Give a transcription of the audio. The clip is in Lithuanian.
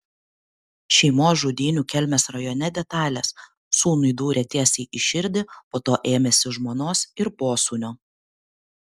šeimos žudynių kelmės rajone detalės sūnui dūrė tiesiai į širdį po to ėmėsi žmonos ir posūnio